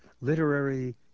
literary